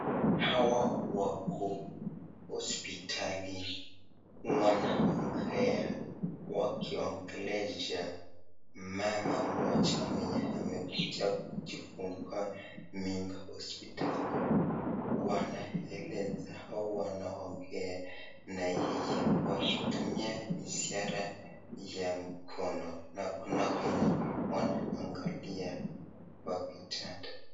Hawa wako hospitali wanaongea wakiongelesha mama mmoja mwenye amekuja kuchifungua mimba hospitali. Wanaeleza au wanaongea na yeye wakitumia ishara ya mkono na kuna wenye wanaangalia kwa kitanda.